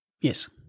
Yes